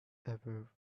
ever